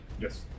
Yes